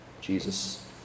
Jesus